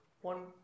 one